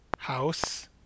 House